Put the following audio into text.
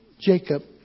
Jacob